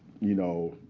you know,